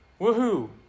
Woohoo